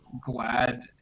glad